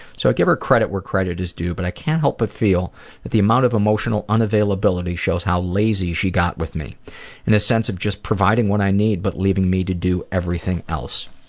so i give her credit where credit is due but i can't help but feel that the amount of emotional unavailability shows how lazy she got with me in a sense of just providing what i need but leaving me to do everything else.